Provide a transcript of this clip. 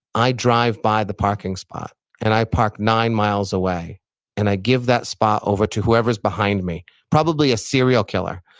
i drive by the parking spot and i park nine miles away and i give that spot over to whoever's behind me. probably a serial killer,